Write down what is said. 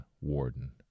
warden